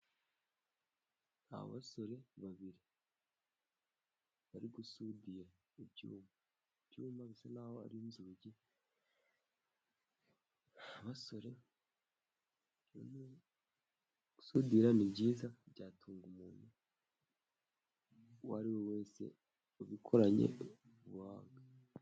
Abasore babiri bari gusudira ibyuma. Ibyuma bisa n'aho ari inzugi, abasore, gusudira ni byiza, byatunga umuntu uwo ari we wese ubikoranye ubuhanga.